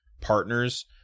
partners